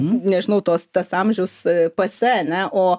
nežinau tos tas amžius pase ane o